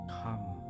come